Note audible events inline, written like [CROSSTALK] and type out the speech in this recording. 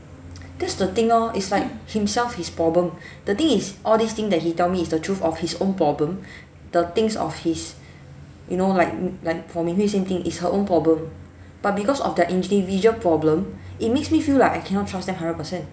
[NOISE] that's the thing orh is like himself his problem the thing is all this thing that he tell me is the truth of his own problem the things of his you know like like for min hui same thing it's her own problem but because of their individual problem it makes me feel like I cannot trust them hundred percent